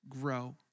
grow